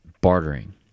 bartering